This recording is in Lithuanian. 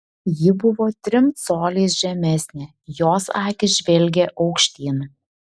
ji buvo trim coliais žemesnė jos akys žvelgė aukštyn